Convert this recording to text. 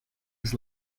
his